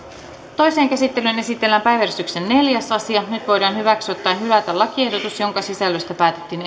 toiseen käsittelyyn esitellään päiväjärjestyksen neljäs asia nyt voidaan hyväksyä tai hylätä lakiehdotus jonka sisällöstä päätettiin